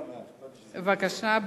בבקשה,